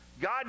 God